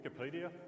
Wikipedia